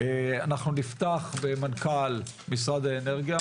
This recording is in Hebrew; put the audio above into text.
אנחנו נפתח במנכ"ל משרד האנרגיה,